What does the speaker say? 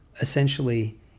essentially